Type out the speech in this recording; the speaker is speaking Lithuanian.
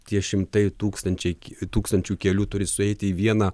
tie šimtai tūkstančiai tūkstančių kelių turi sueiti į vieną